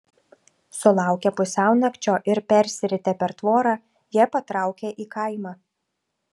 sulaukę pusiaunakčio ir persiritę per tvorą jie patraukė į kaimą